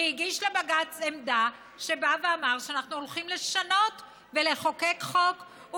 והגיש לבג"ץ עמדה שבאה ואמרה: אנחנו הולכים לשנות ולחוקק חוק,